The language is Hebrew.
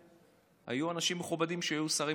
היו אנשים מכובדים שהיו שרים בלי תיק.